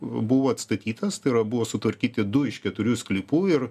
buvo atstatytas tai yra buvo sutvarkyti du iš keturių sklypų ir